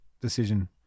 decision